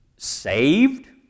Saved